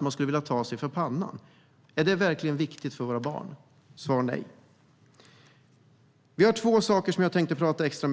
Man tar sig för pannan. Är det verkligen viktigt för våra barn? Svar nej. Det finns två saker jag skulle vilja tala extra om.